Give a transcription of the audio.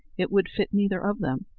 it would fit neither of them.